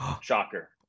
Shocker